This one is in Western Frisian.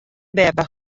beppe